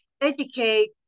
educate